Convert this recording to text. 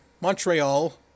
Montreal